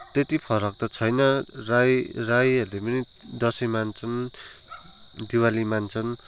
त्यत्ति फरक त छैन राई राईहरूले पनि दसैँ मान्छन् दिवाली मान्छन्